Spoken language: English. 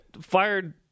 fired